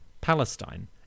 Palestine